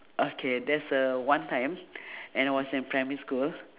okay there's a one time and was in primary school